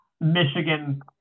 Michigan